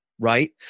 right